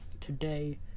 today